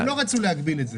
הם לא רצו להגביל את זה.